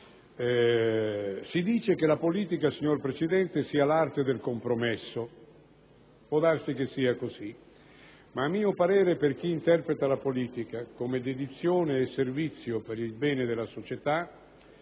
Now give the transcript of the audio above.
Si dice che la politica, signor Presidente, sia l'arte del compromesso: può darsi che sia così, ma a mio parere, per chi la interpreta come dedizione e servizio per il bene della società,